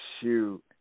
Shoot